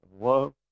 love